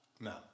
No